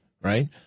right